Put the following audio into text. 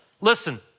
Listen